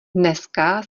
dneska